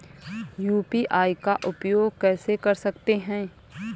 UPI का उपयोग कैसे कर सकते हैं?